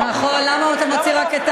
נכון, למה אתה מוציא רק את